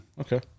Okay